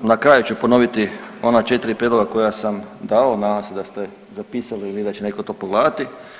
na kraju ću ponoviti ona 4 prijedloga koja sam dao, nadam se da ste zapisali ili da će netko to pogledati.